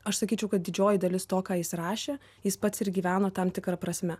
aš sakyčiau kad didžioji dalis to ką jis rašė jis pats ir gyveno tam tikra prasme